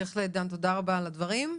בהחלט, דן, תודה רבה על הדברים.